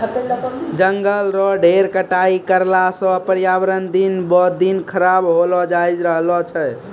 जंगल रो ढेर कटाई करला सॅ पर्यावरण दिन ब दिन खराब होलो जाय रहलो छै